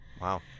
Wow